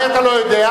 אולי אתה לא יודע,